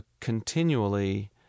continually